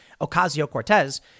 Ocasio-Cortez